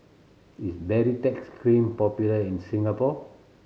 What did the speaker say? is Baritex Cream popular in Singapore